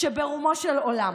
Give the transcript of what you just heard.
שברומו של עולם?!"